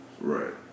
Right